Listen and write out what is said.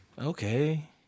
okay